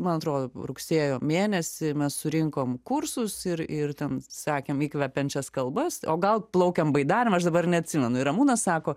man atrodo rugsėjo mėnesį mes surinkom kursus ir ir ten sakėm įkvepiančias kalbas o gal plaukiam baidarėm aš dabar neatsimenu ir ramūnas sako